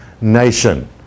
nation